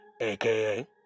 aka